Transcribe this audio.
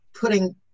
putting